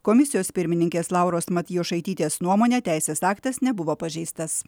komisijos pirmininkės lauros matjošaitytės nuomone teisės aktas nebuvo pažeistas